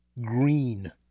Green